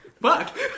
Fuck